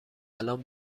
الان